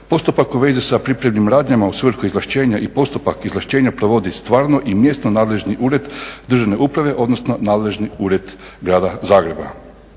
Postupak u vezi sa pripremnim radnjama u svrhu izvlašćenja i postupak izvlašćenja provodi stvarno i mjesno nadležni ured Državne uprave odnosno nadležni ured Grada Zagreba.